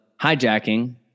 hijacking